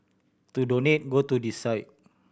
to donate go to this site